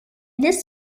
this